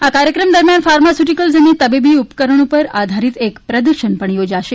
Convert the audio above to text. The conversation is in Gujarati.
આ કાર્યક્રમ દરમિયાન ફાર્માસ્યુટિકલ્સ અને તબીબી ઉપકરણો પર આધારિત એક પ્રદર્શન પણ યોજાશે